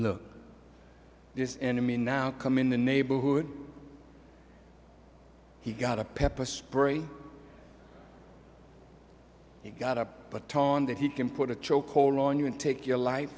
look this enemy now come in the neighborhood he got a pepper spray he got up but tone that he can put a chokehold on you and take your life